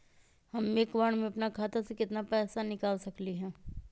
हम एक बार में अपना खाता से केतना पैसा निकाल सकली ह?